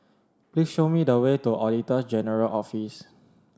please show me the way to Auditor General Office